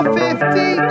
fifty